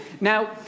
Now